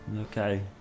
Okay